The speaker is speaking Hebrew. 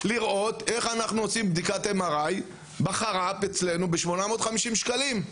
לראות איך אנחנו עושים בדיקת MRI בחר"פ אצלנו ב-850 שקלים.